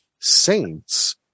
Saints